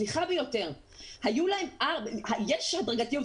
סליחה, יש הדרגתיות.